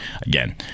again